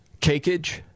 Cakeage